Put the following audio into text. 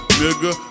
nigga